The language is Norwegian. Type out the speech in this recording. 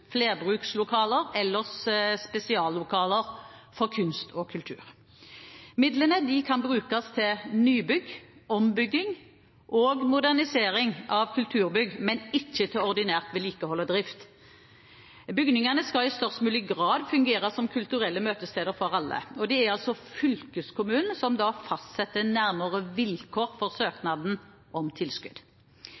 flerbrukslokaler eller spesiallokaler for kunst og kultur. Midlene kan brukes til nybygg, ombygging og modernisering av kulturbygg, men ikke til ordinært vedlikehold og drift. Bygningene skal i størst mulig grad fungere som kulturelle møtesteder for alle. Det er fylkeskommunene som fastsetter nærmere vilkår for